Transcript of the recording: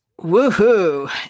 woohoo